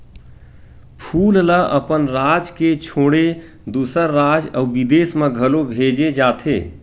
फूल ल अपन राज के छोड़े दूसर राज अउ बिदेस म घलो भेजे जाथे